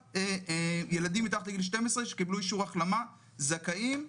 ילדים מתחת לגיל 12 שקיבלו אישור החלמה, זכאים.